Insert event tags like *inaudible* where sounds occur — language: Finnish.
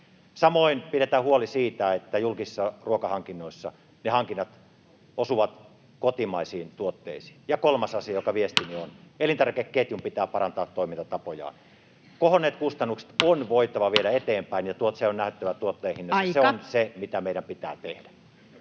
Samoin pidetään huoli siitä, että julkisissa ruokahankinnoissa ne hankinnat osuvat kotimaisiin tuotteisiin. Ja kolmas asia: viestini on, *noise* että elintarvikeketjun pitää parantaa toimintatapojaan. Kohonneet kustannukset on voitava viedä eteenpäin, ja sen on näyttävä tuotteen hinnassa. [Puhemies: Aika!] Se on se, mitä meidän pitää tehdä.